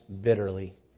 bitterly